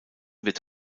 wird